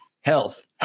health